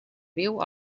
viu